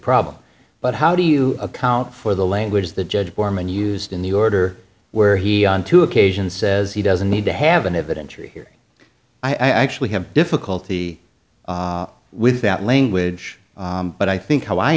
problem but how do you account for the language the judge borman used in the order where he on two occasions says he doesn't need to have an evidentiary hearing i actually have difficulty with that language but i think how i